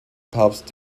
papst